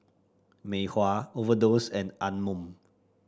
Mei Hua Overdose and Anmum